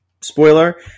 Spoiler